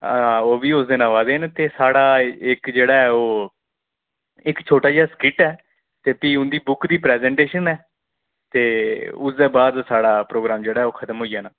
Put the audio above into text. ओह् बी उस दिन आवै दे न ते साढ़ा इक जेह्ड़ा ऐ ओह् इक छोटा जेहा स्किट ऐ ते फ्ही उं'दी बुक दी प्रैजेंटेशन ऐ ते उसदे बाद साढ़ा प्रोग्राम ऐ जेह्ड़ा खत्म होई जाना